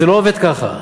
זה לא עובד ככה,